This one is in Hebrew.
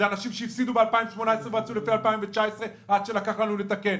זה אנשים שהפסידו ב-2018 ועשו לפי 2019 עד שלקח לנו לתקן.